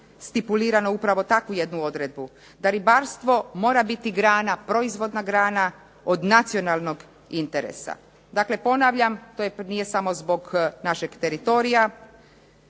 stipuliranu upravo takvu jednu odredbu, da ribarstvo mora biti proizvodna grana od nacionalnog interesa. Dakle, ponavljam nije smo zbog naše teritorija